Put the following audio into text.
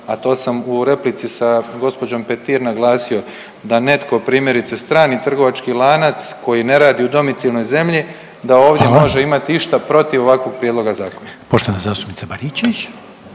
a to sam u replici sa gospođom Petir naglasio da netko primjerice strani trgovački lanac koji ne radi u domicilnoj zemlji, da ovdje može imati išta protiv ovakvog prijedloga zakona.